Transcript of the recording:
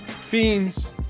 fiends